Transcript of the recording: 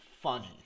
funny